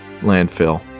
landfill